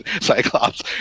Cyclops